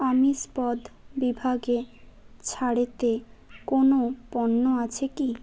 আমিষ পদ বিভাগে ছাড়েতে কোনও পণ্য আছে কি